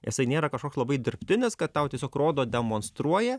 isai nėra kažkoks labai dirbtinis kad tau tiesiog rodo demonstruoja